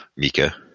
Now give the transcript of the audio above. Mika